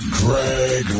greg